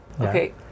Okay